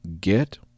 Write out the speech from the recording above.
get